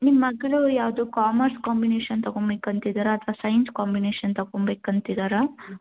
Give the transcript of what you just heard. ನಿಮ್ಮ ಮಗಳು ಯಾವುದು ಕಾಮರ್ಸ್ ಕಾಂಬಿನೇಷನ್ ತಗೊಳ್ಬೇಕಂತಿದ್ದಾರಾ ಅಥವಾ ಸೈನ್ಸ್ ಕಾಂಬಿನೇಷನ್ ತಗೊಳ್ಬೇಕಂತಿದ್ದಾರ